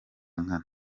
nkana